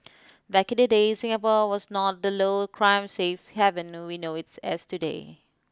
back in the day Singapore was not the low crime safe heaven we know it as today